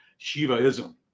Shivaism